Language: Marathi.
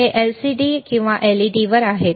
हे LCD किंवा LED वर आहे